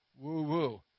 Woo-woo